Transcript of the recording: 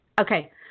okay